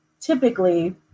typically